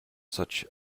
such